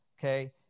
okay